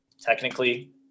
technically